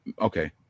Okay